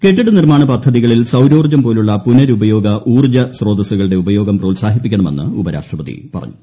കെട്ടിട നിർമ്മാണ പദ്ധതികളിൽ സൌരോർജ്ജം പോലുള്ള പുനരുപയോഗ ഊർജ്ജ സ്രോതസ്സുകളുടെ ഉപയോഗം പ്രോത്സാഹിപ്പിക്കണമെന്ന് ഉപരാഷ്ട്രപതി പറഞ്ഞു